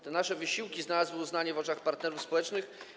Te nasze wysiłki znalazły uznanie w opinii partnerów społecznych.